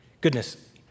Goodness